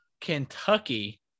Kentucky